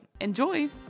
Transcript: enjoy